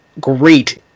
great